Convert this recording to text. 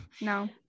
no